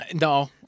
No